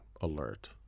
alert